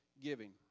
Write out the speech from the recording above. giving